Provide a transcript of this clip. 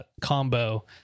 combo